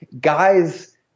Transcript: Guys